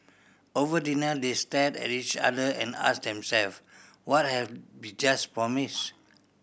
over dinner they stared at each other and asked themselves What have we just promised